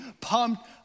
pumped